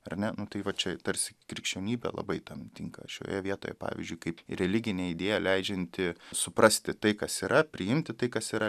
ar ne nu tai va čia tarsi krikščionybė labai tam tinka šioje vietoje pavyzdžiui kaip religinė idėja leidžianti suprasti tai kas yra priimti tai kas yra